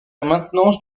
maintenance